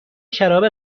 شراب